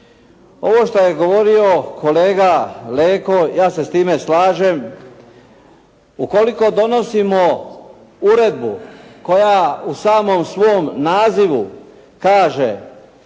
Ovo što je govorio kolega Leko, ja se s time slažem ukoliko donosimo uredbu koja u samom svom nazivu kaže